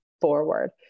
forward